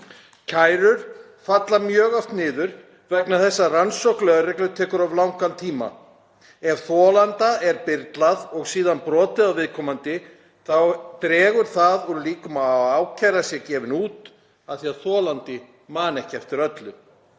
Kærur falla mjög oft niður vegna þess að rannsókn lögreglu tekur of langan tíma. Ef þolanda er byrlað og síðan brotið á viðkomandi þá dregur það úr líkum á að ákæra sé gefin út af því að þolandi man ekki eftir öllu.